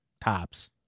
tops